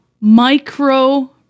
micro